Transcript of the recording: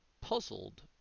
puzzled